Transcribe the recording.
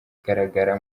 kugaragara